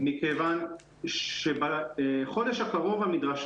מכיוון שבחודש הקרוב,